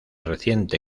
reciente